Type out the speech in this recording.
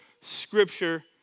scripture